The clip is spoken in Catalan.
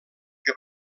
que